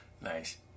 nice